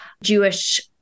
Jewish